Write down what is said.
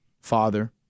Father